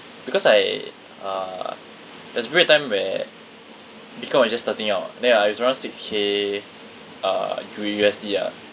because I uh there's a period of time where bitcoin was just starting out [what] then ya it's around six k uh U U_S_D ah